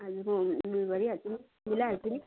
हजुर म उयो गरिहाल्छु नि मिलाइहाल्छु नि